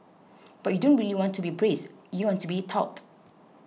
but you don't really want to be braced you want to be taut